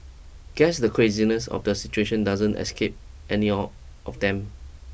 guess the craziness of the situation doesn't escape any or of them